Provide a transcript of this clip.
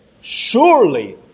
surely